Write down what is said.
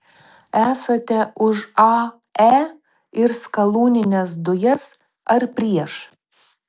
esate už ae ir skalūnines dujas ar prieš